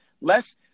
less